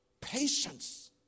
Patience